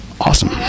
awesome